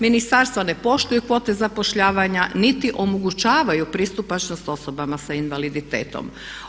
Ministarstva ne poštuju kvote zapošljavanja niti omogućavaju pristupačnost osobama s invaliditetom.